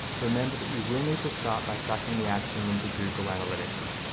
remember that you will need to start by tracking the action into google analytics.